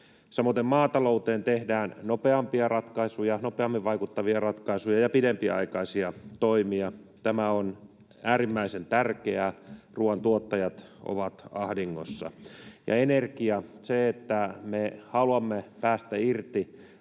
Samaten maatalouteen tehdään nopeampia ratkaisuja, nopeammin vaikuttavia ratkaisuja, ja pidempiaikaisia toimia. Tämä on äärimmäisen tärkeää. Ruoantuottajat ovat ahdingossa. Ja energia: me haluamme päästä irti